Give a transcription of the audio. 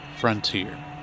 Frontier